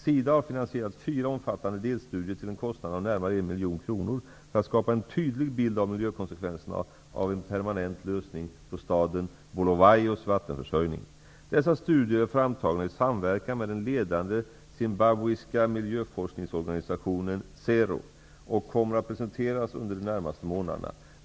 SIDA har finansierat fyra omfattande delstudier till en kostnad av närmare en miljon kronor för att skapa en tydlig bild av miljökonsekvenserna av en permanent lösning på staden Bulawajos vattenförsörjning. Dessa studier är framtagna i samverkan med den ledande zimbabwiska miljöforskningsorganisationen ZERO och kommer att presenteras under de närmaste månaderna.